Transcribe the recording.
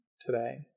today